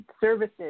services